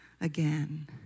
again